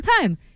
time